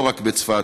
לא רק בצפת,